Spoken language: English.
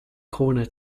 corner